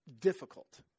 difficult